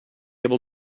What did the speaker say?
able